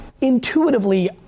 Intuitively